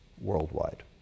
worldwide